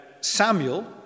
Samuel